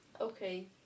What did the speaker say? Okay